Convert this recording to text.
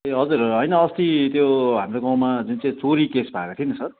ए हजुर होइन अस्ती त्यो हाम्रो गाउँमा जुन चाहिँ चोरी केस भएको थियो नि सर